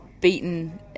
beaten